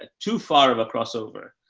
ah too far of a crossover,